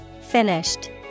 Finished